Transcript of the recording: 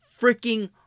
freaking